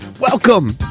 welcome